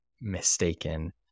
mistaken